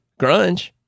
grunge